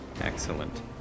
Excellent